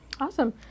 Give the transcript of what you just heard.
Awesome